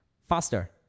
Faster